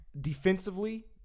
defensively